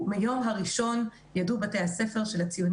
כך שמהיום הראשון בתי הספר ידעו שלציונים